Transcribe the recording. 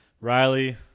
Riley